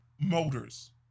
motors